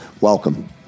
Welcome